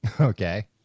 Okay